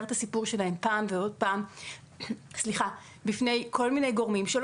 את הסיפור שלהן פעם ועוד פעם בפני כל מיני גורמים וזה משהו